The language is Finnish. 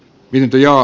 vilja